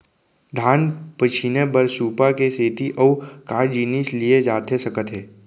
धान पछिने बर सुपा के सेती अऊ का जिनिस लिए जाथे सकत हे?